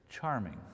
Charming